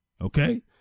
okay